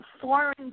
foreign